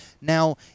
Now